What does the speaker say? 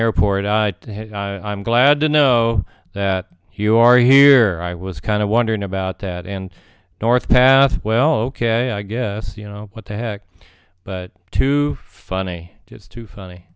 airport i i'm glad to know that you are here i was kind of wondering about that and north path well ok i guess you know what the heck but too funny too funny